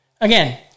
Again